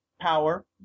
power